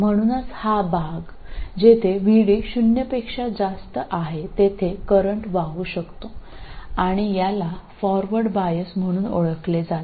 म्हणून हा भाग जिथे VD शून्यापेक्षा जास्त आहे तेथे करंट वाहू शकतो आणि याला फॉरवर्ड बायस म्हणून ओळखले जाते